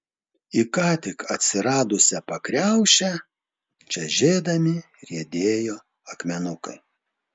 į ką tik atsiradusią pakriaušę čežėdami riedėjo akmenukai